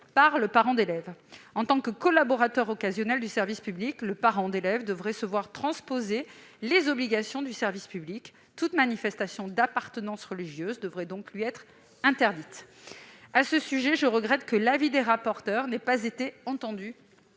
par le parent d'élève. En tant que collaborateur occasionnel du service public, le parent d'élève devrait se voir transposer les obligations du service public : toute manifestation d'appartenance religieuse devrait donc lui être interdite. À ce sujet, je regrette que l'avis des rapporteures n'ait pas été entendu